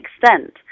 extent